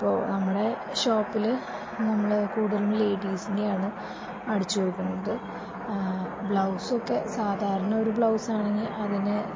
ഇപ്പോൾ നമ്മുടെ ഷോപ്പിൽ നമ്മൾ കൂടുതലും ലേഡീസിൻ്റെതാണ് അടിച്ച് കൊടുക്കുന്നത് ബ്ലൗസൊക്കെ സാധാരണ ഒരു ബ്ലൗസ് ആണെങ്കിൽ അതിന്